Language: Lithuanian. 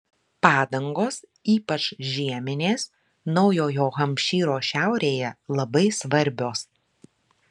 padangos ypač žieminės naujojo hampšyro šiaurėje labai svarbios